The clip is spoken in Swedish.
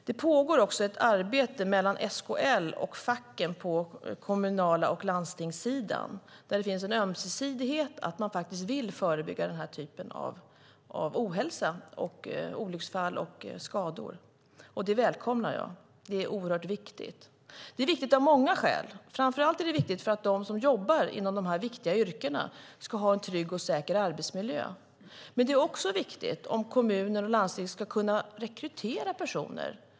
Det pågår också ett arbete mellan SKL och facken på kommunal och landstingssidan där det finns en enighet om att man vill förebygga den här typen av ohälsa, olycksfall och skador. Det välkomnar jag. Det är oerhört viktigt. Det är viktigt av många skäl. Framför allt är det viktigt för att de som jobbar inom de här viktiga yrkena ska ha en trygg och säker arbetsmiljö. Men det är också viktigt om kommuner och landsting ska kunna rekrytera personer.